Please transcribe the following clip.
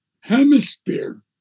Hemisphere